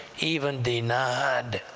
even denied,